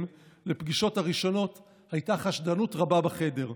לפגישות הראשונות הייתה חשדנות רבה בחדר.